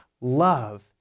love